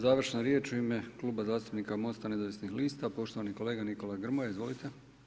Završna riječ u ime Kluba zastupnika Mosta nezavisnih lista, poštovani kolega Nikola Grmoja, izvolite.